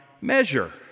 measure